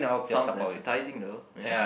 sounds appetizing though ya